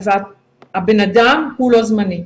הבן אדם הוא לא זמני.